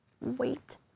wait